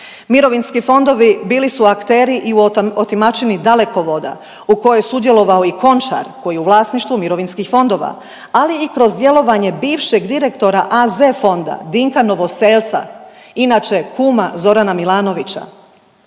Mirovinski fondovi bili su akteri i u otimačini Dalekovoda u kojima je sudjelovao i Končar koji je u vlasništvu mirovinskih fondova, ali i kroz djelovanje bivšeg djelovanja AZ fonda, Dinka Novoselca, inače kuma Zorana Milanovića.